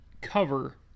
cover